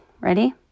Ready